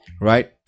right